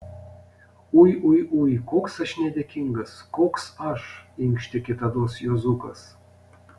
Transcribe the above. ui ui ui koks aš nedėkingas koks aš inkštė kitados juozukas